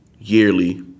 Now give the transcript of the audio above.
yearly